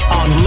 on